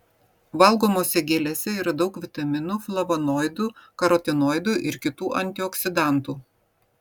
valgomose gėlėse yra daug vitaminų flavonoidų karotinoidų ir kitų antioksidantų